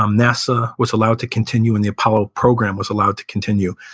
um nasa was allowed to continue and the apollo program was allowed to continue.